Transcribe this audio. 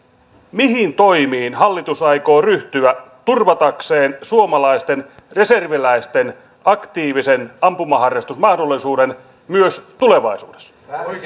mihin toimiin hallitus aikoo ryhtyä turvatakseen suomalaisten reserviläisten aktiivisen ampumaharrastusmahdollisuuden myös tulevaisuudessa